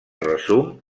resum